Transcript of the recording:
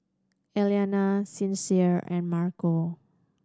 Alayna Sincere and Marco